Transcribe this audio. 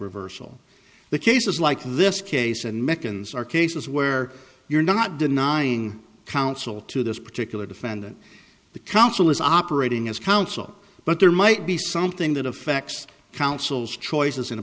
reversal the cases like this case and meccans are cases where you're not denying counsel to this particular defendant the counsel is operating as counsel but there might be something that affects counsel's choices in a